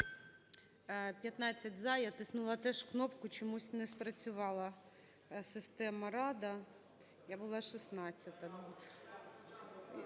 За-15 Я тиснула теж кнопку, чомусь не спрацювала система "Рада". Я була 16-а.